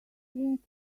think